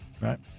Right